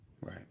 Right